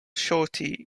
shorty